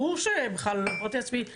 אמרתי לעצמי,